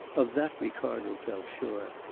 of that ricardo felt sure.